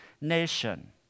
nation